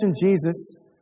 Jesus